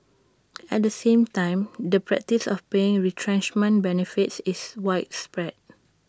at the same time the practice of paying retrenchment benefits is widespread